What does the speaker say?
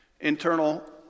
Internal